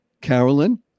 Carolyn